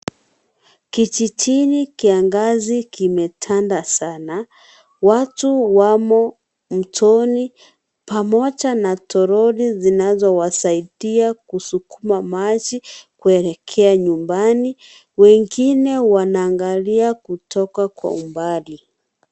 Kijijini kiangazi kimetanda sana, watu wamo mtoni pamoja na toroli zinazowasaidia kusukuma maji kuelekea nyumbani. Wengine wanaangalia kutoka kwa umbali .